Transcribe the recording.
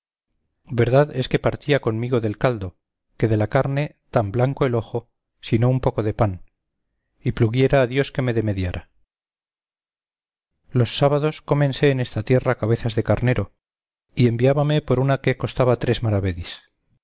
verdad es que partía comigo del caldo que de la carne tan blanco el ojo sino un poco de pan y pluguiera a dios que me demediara los sábados cómense en esta tierra cabezas de carnero y enviábame por una que costaba tres maravedís